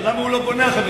למה הוא לא בונה, החבר,